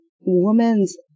woman's